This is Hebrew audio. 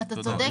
תודה.